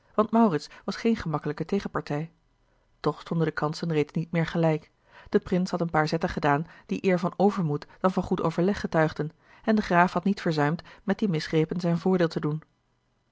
was geen gemakkelijke tegenpartij toch stonden de kansen reeds niet meer gelijk de prins had een paar zetten gedaan die eer van overmoed dan van goed overleg getuigden en de graaf had niet verzuimd met die misgrepen zijn voordeel te doen